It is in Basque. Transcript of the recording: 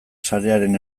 sarearen